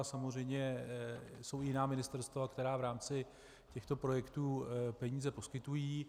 Samozřejmě jsou jiná ministerstva, která v rámci těchto projektů peníze poskytují.